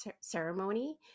ceremony